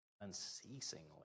unceasingly